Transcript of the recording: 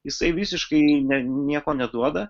jisai visiškai ne nieko neduoda